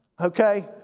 Okay